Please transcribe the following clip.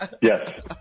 Yes